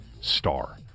Star